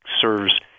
serves